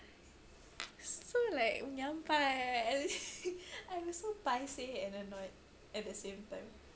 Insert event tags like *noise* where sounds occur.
so like menyampah eh *laughs* I'm so paiseh and annoyed at the same time